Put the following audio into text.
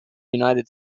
united